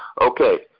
Okay